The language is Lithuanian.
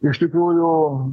iš tikrųjų